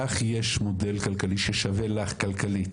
לך יש מודל כלכלי ששווה לך כלכלית